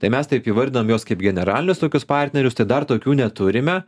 tai mes taip įvardinam juos kaip generalinis tokius partnerius tai dar tokių neturime